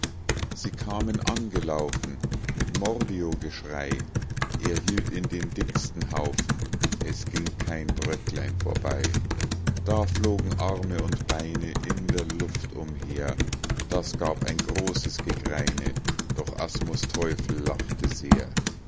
sie kamen angelaufen mit mordiogeschrei er hielt in den dicksten haufen es ging kein bröcklein vorbei da flogen arme und beine in der luft umher das gab ein großes gegreine doch asmus teufel lachte sehr